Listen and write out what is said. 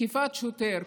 "תקיפת שוטר".